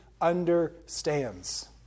understands